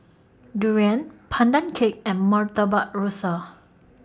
Durian Pandan Cake and Murtabak Rusa